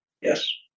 Yes